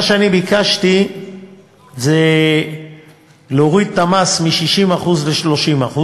מה שאני ביקשתי זה להוריד את המס מ-60% ל-30%,